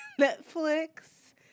netflix